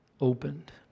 opened